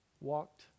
walked